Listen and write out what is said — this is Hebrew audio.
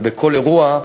ובכל אירוע,